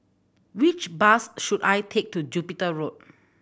which bus should I take to Jupiter Road